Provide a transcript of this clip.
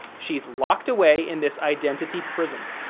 she's locked away in this identity prison.